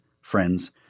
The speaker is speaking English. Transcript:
friends